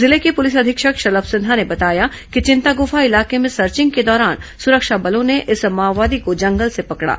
जिले के पुलिस अधीक्षक शलभ सिन्हा ने बताया कि चिंतागुफा इलाके में सर्चिंग के दौरान सुरक्षा बलों ने इस माओवादी को जंगल से पकड़ा